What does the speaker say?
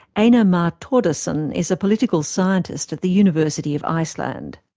einar mar thordarson, is a political scientist at the university of iceland.